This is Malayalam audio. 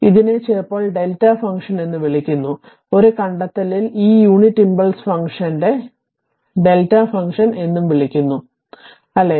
അതിനാൽ ഇതിനെ ചിലപ്പോൾ Δ ഫംഗ്ഷൻ എന്നും വിളിക്കുന്നു ഒരു കണ്ടെത്തലിൽ ഈ യൂണിറ്റ് ഇംപൾസ് ഫംഗ്ഷനെ Δ ഫംഗ്ഷൻ എന്നും വിളിക്കുന്നു അല്ലേ